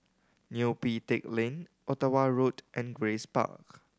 Neo Pee Teck Lane Ottawa Road and Grace Park